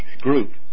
group